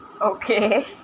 okay